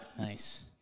Nice